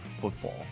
football